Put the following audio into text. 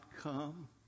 come